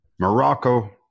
Morocco